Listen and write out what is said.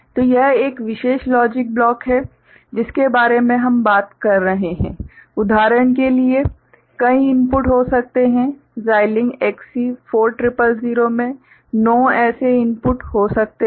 तो यह एक विशेष लॉजिक ब्लॉक है जिसके बारे में हम बात कर रहे हैं उदाहरण के लिए कई इनपुट हो सकते हैं Xilinx XC4000 में नौ ऐसे इनपुट हो सकते हैं